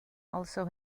also